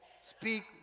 speak